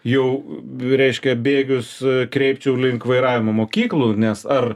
jau reiškia bėgius kreipčiau link vairavimo mokyklų nes ar